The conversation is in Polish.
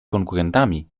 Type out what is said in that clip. konkurentami